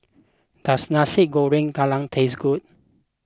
does Nasi Goreng Kerang taste good